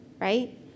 right